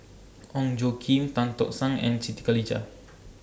Ong Tjoe Kim Tan Tock San and Siti Khalijah